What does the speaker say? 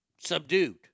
subdued